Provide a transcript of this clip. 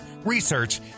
research